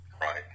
Right